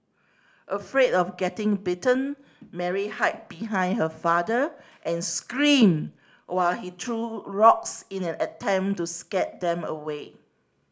afraid of getting bitten Mary hide behind her father and screamed while he threw rocks in an attempt to scare them away